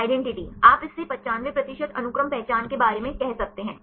identity आप इसे 95 प्रतिशत अनुक्रम पहचान के बारे में कह सकते हैं